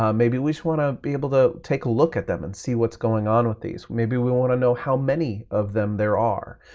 um maybe we just want to be able to take a look at them and see what's going on with these. maybe we want to know how many of them there are.